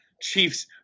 Chiefs